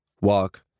walk